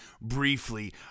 briefly